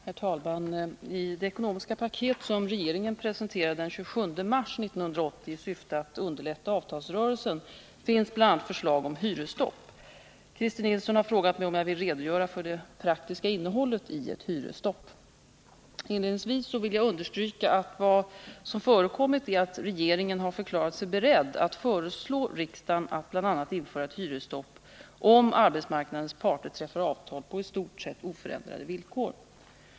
Herr talman! I det ekonomiska paket som regeringen presenterade den 27 mars 1980 i syfte att underlätta avtalsrörelsen finns bl.a. förslag om hyresstopp. Christer Nilsson har frågat mig om jag vill redogöra för det praktiska innehållet i ett hyresstopp. Inledningsvis vill jag understryka att vad som förekommit är att regeringen har förklarat sig beredd att föreslå riksdagen att bl.a. införa ett hyresstopp, om arbetsmarknadens parter träffar avtal på i stort sett oförändrade villkor.